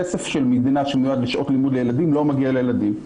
כסף של המדינה שמיועד לשעות לימוד לילדים לא מגיע לילדים,